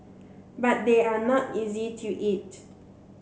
but they are not easy to eat